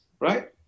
right